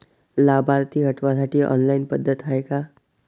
लाभार्थी हटवासाठी ऑनलाईन पद्धत हाय का?